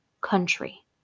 country